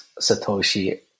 Satoshi